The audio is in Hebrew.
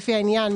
לפי העניין,